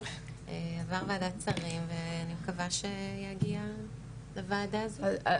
עבר ועדת שרים ואני מקווה שיגיע לוועדה הזאת.